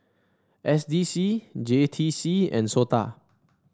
S D C J T C and SOTA